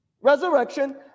resurrection